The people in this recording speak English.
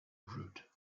root